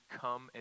come